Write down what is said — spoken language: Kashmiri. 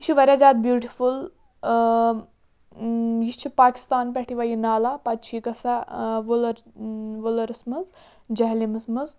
یہِ چھِ واریاہ زیادٕ بیوٗٹِفُل یہِ چھِ پاکِستان پٮ۪ٹھ یِوان یہِ نالا پَتہٕ چھِ یہِ گژھان وُلَر وُلَرَس منٛز جہلِمَس منٛز